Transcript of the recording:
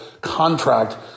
contract